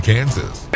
Kansas